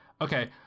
Okay